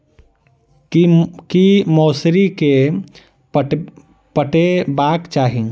की मौसरी केँ पटेबाक चाहि?